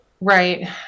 Right